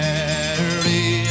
Mary